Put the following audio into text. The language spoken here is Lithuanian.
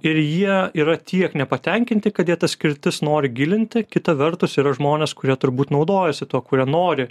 ir jie yra tiek nepatenkinti kad jie ta skirtis nori gilinti kita vertus yra žmonės kurie turbūt naudojasi tuo kurie nori